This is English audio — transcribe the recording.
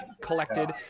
collected